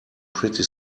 pretty